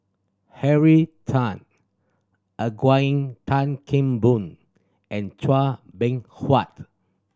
Henry Tan Eugene Tan Kheng Boon and Chua Beng Huat